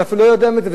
אתה אפילו לא יודע מזה,